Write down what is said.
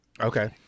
Okay